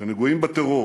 שנגועים בטרור